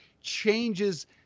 changes